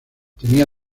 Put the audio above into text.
tenía